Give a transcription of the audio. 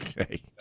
Okay